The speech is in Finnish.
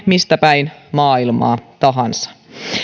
mistä päin maailmaa tahansa